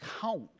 count